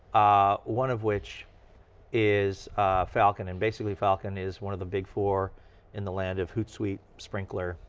ah one of which is falcon. and basically falcon is one of the big four in the land of hootsuite, sprinklr,